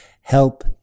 help